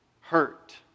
hurt